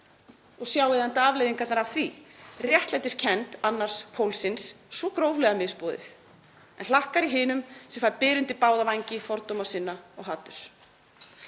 Og sjáið enda afleiðingarnar af því. Réttlætiskennd annars pólsins er svo gróflega misboðið, en það hlakkar í hinum sem fær byr undir báða vængi fordóma sinna og haturs.